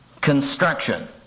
construction